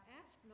ask